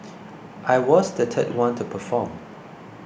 I was the third one to perform